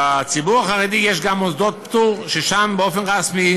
בציבור החרדי יש גם מוסדות פטור, ששם באופן רשמי